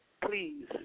please